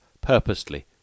purposely